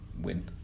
win